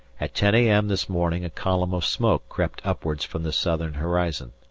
at ten a m. this morning a column of smoke crept upwards from the southern horizon.